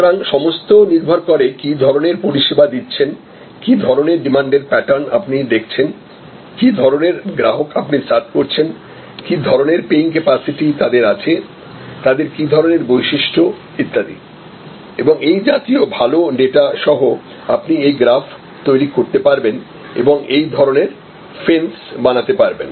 সুতরাং সমস্ত নির্ভর করে কী ধরণের পরিষেবা দিচ্ছেন কী ধরণের ডিমান্ড এর প্যাটার্ন আপনি দেখছেন কী ধরনের গ্রাহক আপনি সার্ভ করছেন কী ধরণের পেইং ক্যাপাসিটি তাদের আছে তাদের কী ধরণের বৈশিষ্ট্য ইত্যাদি এবং এই জাতীয় ভাল ডেটা সহ আপনি এই গ্রাফ তৈরি করতে পারবেন এবং এই ধরনের ফেন্স বানাতে পারবেন